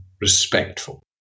respectful